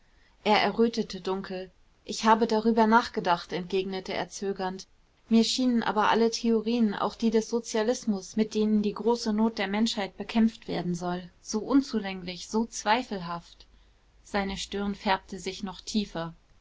er errötete dunkel ich habe darüber nachgedacht entgegnete er zögernd mir schienen aber alle theorien auch die des sozialismus mit denen die große not der menschheit bekämpft werden soll so unzulänglich so zweifelhaft seine stirn färbte sich noch tiefer